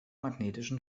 magnetischen